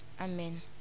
Amen